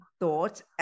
thoughts